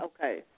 Okay